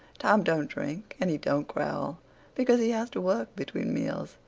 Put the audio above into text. tom don't drink and he don't growl because he has to work between meals,